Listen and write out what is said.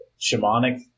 shamanic